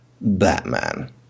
Batman